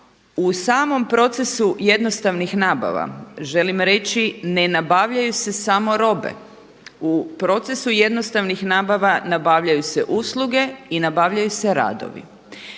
U samom procesu jednostavnih nabava, želim reći ne nabavljaju se samo robe. U procesu jednostavnih nabava nabavljaju se usluge i nabavljaju se radovi.